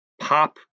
pop